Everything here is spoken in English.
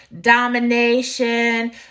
domination